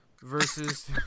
versus